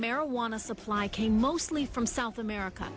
marijuana supply came mostly from south america